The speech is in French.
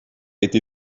été